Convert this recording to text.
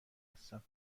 هستم